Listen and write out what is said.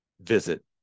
visit